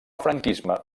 franquisme